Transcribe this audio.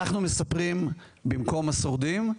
אנחנו מספרים במקום השורדים.